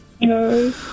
No